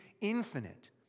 infinite